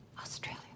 Australia